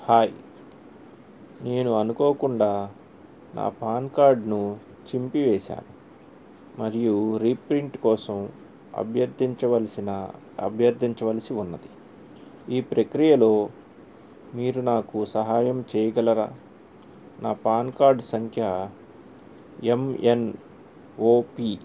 hi నేను అనుకోకుండా నా పాన్ కార్డ్ను చింపివేసాను మరియు రీప్రింట్ కోసం అభ్యర్థించవలసిన అభ్యర్థించవలసి ఉన్నది ఈ ప్రక్రియలో మీరు నాకు సహాయం చేయగలరా నా పాన్ కార్డు సంఖ్య ఎం ఎన్ ఓ పీ